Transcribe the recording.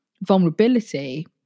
Vulnerability